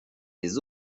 les